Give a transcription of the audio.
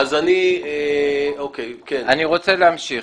אני רוצה להמשיך.